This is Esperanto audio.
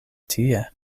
tie